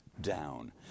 down